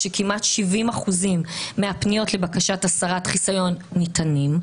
שכמעט 70% מהפניות לבקשת הסרת חיסיון ניתנות,